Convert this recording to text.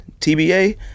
TBA